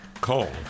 Call